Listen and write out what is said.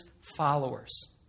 followers